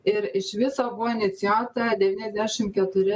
ir iš viso buvo inicijuota devyniasdešim keturi